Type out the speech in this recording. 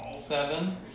seven